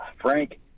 frank